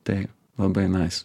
tai labai nais